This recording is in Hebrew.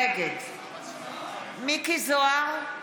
נגד מכלוף מיקי זוהר,